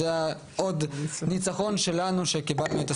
וזה היה עוד ניצחון עבורנו.